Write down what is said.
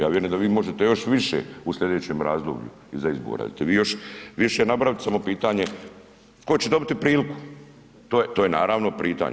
Ja vjerujem da vi možete još više u sljedećem razdoblju iza izbora, da ćete vi još više napraviti samo pitanje tko će dobiti priliku, to je naravno pitanje.